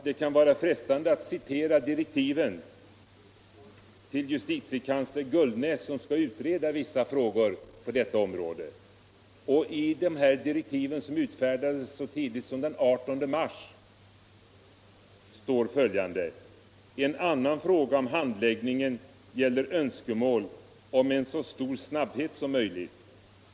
Det kan vara frestande att citera direktiven till justitiekansler Gullnäs, som skall utreda vissa frågor på detta område. I direktiven, som utfärdades så tidigt som den 18 mars, står följande: ”En annan fråga om handläggningen gäller önskemål om en så stor snabbhet som möjligt.